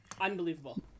Unbelievable